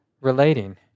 relating